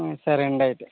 సరే అండి అయితే